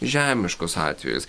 žemiškus atvejus